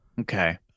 Okay